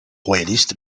royaliste